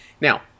Now